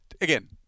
Again